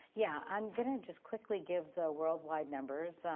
yeah, i'm going to just quickly give the worldwide numbers.